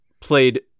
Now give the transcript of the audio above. played